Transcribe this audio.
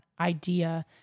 idea